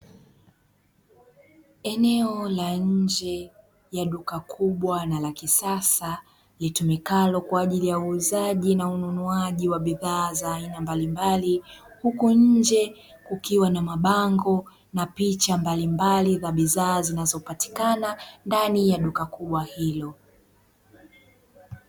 Eneo la nje ya duka kubwa na la kisasa, litumikalo kwa ajili ya uuzaji na ununuaji wa bidhaa za aina mbalimbali; huku nje kukiwa na mabango na picha mbalimbali za bidhaa zinazopatikana ndani ya duka kubwa hilo.